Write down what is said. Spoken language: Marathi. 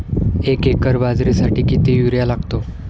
एक एकर बाजरीसाठी किती युरिया लागतो?